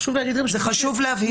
חשוב להגיד את זה,